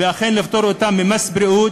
ותפטור אותם ממס בריאות,